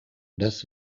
das